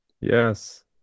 Yes